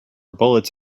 bullets